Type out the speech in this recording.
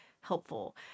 helpful